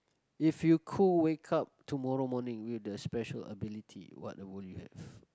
if you could wake up tomorrow morning with the special ability what will you have